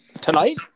Tonight